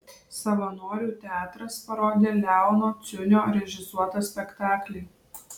savanorių teatras parodė leono ciunio režisuotą spektaklį